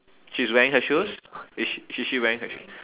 she's wearing her shoes is she she wearing her shoe